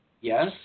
yes